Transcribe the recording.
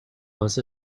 was